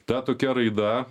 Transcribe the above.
ta tokia raida